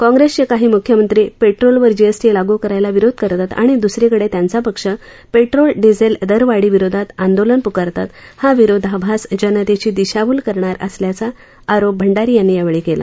काँप्रेसचे काही मुख्यमंत्री पेट्रोलवर जीएसटी लागू करायला विरोध करतात आणि दुसरीकडे त्यांचा पक्ष पेट्रोल डिझेल दरवाढीविरोधात आंदोलन पुकारतात हा विरोधाभास जनतेची दिशाभूल करणारा असल्याचा आरोप भंडारी यांनी यावेळी केला